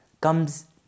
Comes